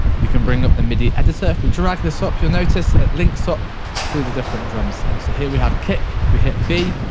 you can bring up the midi editor, if you drag this up, you'll notice it links up to the different drum sounds. so here we have kick if we hit b,